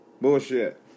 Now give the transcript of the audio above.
Bullshit